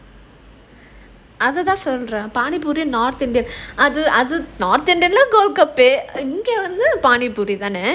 other than அதைத்தான் சொல்றேன்:adhaithaan solraen panni poori not indian other other not indian இங்க வந்து:inga vandhu panni poori தானே:thanae